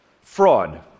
Fraud